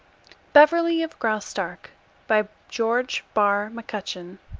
beverly of graustark by george barr mccutcheon